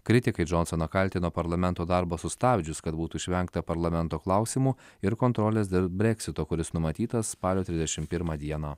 kritikai džonsoną kaltino parlamento darbą sustabdžius kad būtų išvengta parlamento klausimų ir kontrolės dėl breksito kuris numatytas spalio trisdešim pirmą dieną